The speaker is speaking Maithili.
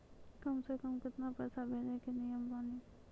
कम से कम केतना पैसा भेजै के नियम बानी?